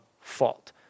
fault